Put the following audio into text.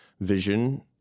vision